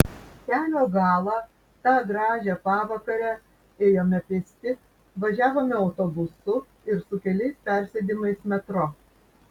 kelio galą tą gražią pavakarę ėjome pėsti važiavome autobusu ir su keliais persėdimais metro